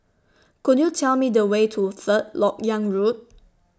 Could YOU Tell Me The Way to Third Lok Yang Road